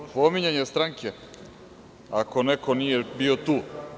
Osnov je pominjanje stranke, ako neko nije bio tu.